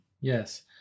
Yes